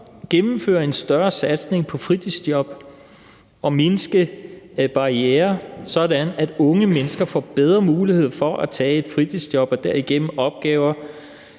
»Gennemføre en større satsning på fritidsjob og mindske barrierer sådan, at unge mennesker får bedre mulighed for at tage et fritidsjob og derigennem oplever